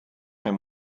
him